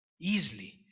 easily